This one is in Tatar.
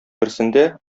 берсендә